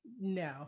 no